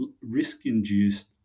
risk-induced